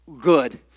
good